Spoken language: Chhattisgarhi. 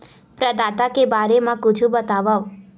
प्रदाता के बारे मा कुछु बतावव?